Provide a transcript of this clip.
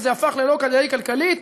וזה הפך ללא כדאי כלכלית,